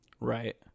Right